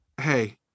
hey